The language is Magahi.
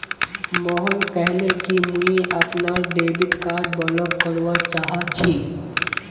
मोहन कहले कि मुई अपनार डेबिट कार्ड ब्लॉक करवा चाह छि